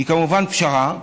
היא כמובן פשרה.